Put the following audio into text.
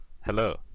Hello